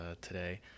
today